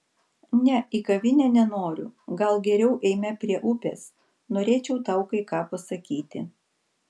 ne į kavinę nenoriu gal geriau eime prie upės norėčiau tau kai ką pasakyti